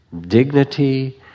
Dignity